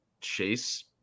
chase